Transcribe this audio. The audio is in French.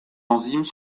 enzymes